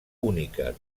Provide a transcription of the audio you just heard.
única